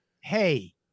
Hey